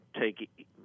take